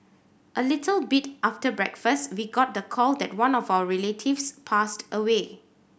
a little bit after breakfast we got the call that one of our relatives passed away